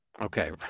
Okay